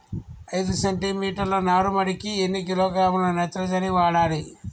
ఐదు సెంటి మీటర్ల నారుమడికి ఎన్ని కిలోగ్రాముల నత్రజని వాడాలి?